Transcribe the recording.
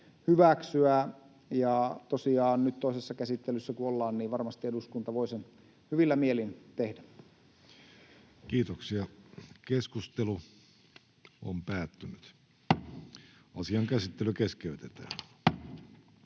hyväksyä, ja tosiaan nyt, toisessa käsittelyssä kun ollaan, varmasti eduskunta voi sen hyvillä mielin tehdä. Toiseen käsittelyyn esitellään